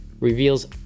reveals